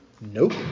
Nope